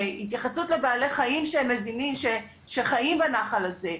התייחסות לבעלי חיים שחיים בנחל הזה.